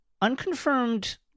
unconfirmed